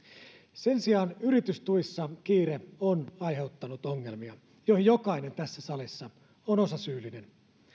sen sijaan yritystuissa kiire on aiheuttanut ongelmia joihin jokainen tässä salissa on osasyyllinen